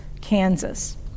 Kansas